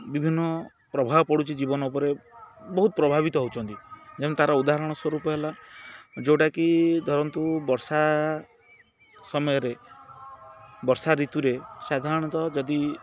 ବିଭିନ୍ନ ପ୍ରଭାବ ପଡ଼ୁଛି ଜୀବନ ଉପରେ ବହୁତ ପ୍ରଭାବିତ ହେଉଛନ୍ତି ଯେଣୁ ତାର ଉଦାହରଣ ସ୍ୱରୂପ ହେଲା ଯେଉଁଟାକି ଧରନ୍ତୁ ବର୍ଷା ସମୟରେ ବର୍ଷା ଋତୁରେ ସାଧାରଣତଃ ଯଦି